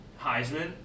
Heisman